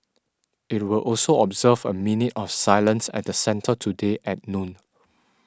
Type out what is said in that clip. it will also observe a minute of silence at the centre today at noon